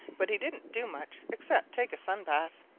but he didn't do much except take a sun bath.